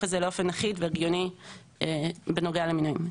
את זה לאופן אחיד והגיוני בנוגע למינויים.